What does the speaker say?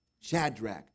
Shadrach